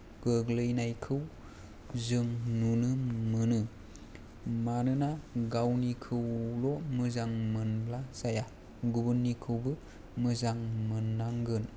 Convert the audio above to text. गोग्लैनायखौ जों नुनो मोनो मानोना गावनिखौल' मोजां मोनब्ला जाया गुबुननिखौबो मोजां मोननांगोन